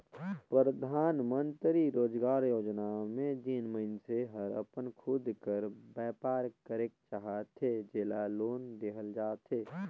परधानमंतरी रोजगार योजना में जेन मइनसे हर अपन खुद कर बयपार करेक चाहथे जेला लोन देहल जाथे